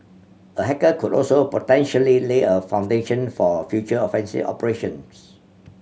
a hacker could also potentially lay a foundation for future offensive operations